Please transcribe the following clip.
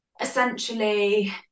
essentially